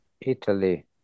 Italy